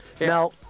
Now